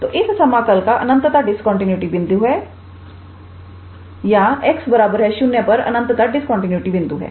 तो इस समाकल का अनंतता डिस्कंटीन्यूटी बिंदु है या 𝑥 0 पर अनंतता डिस्कंटीन्यूटी बिंदु है